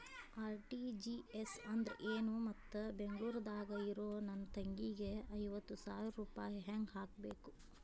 RTGS ಅಂದ್ರ ಏನು ಮತ್ತ ಬೆಂಗಳೂರದಾಗ್ ಇರೋ ನನ್ನ ತಂಗಿಗೆ ಐವತ್ತು ಸಾವಿರ ರೂಪಾಯಿ ಹೆಂಗ್ ಹಾಕಬೇಕು?